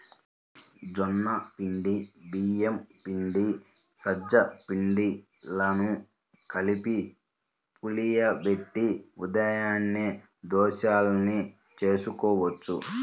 జొన్న పిండి, బియ్యం పిండి, సజ్జ పిండిలను కలిపి పులియబెట్టి ఉదయాన్నే దోశల్ని వేసుకోవచ్చు